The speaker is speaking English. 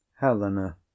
helena